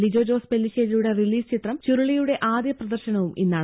ലിജോ ജോസ് പെല്ലിശ്ശേരിയുടെ റിലീസ് ചിത്രം ചുരുളി യുടെ ആദ്യ പ്രദർശനവും ഇന്നാണ്